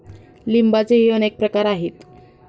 लिंबाचेही अनेक प्रकार आहेत